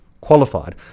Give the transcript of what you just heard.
qualified